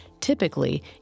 Typically